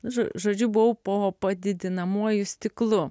žodžiu buvau po padidinamuoju stiklu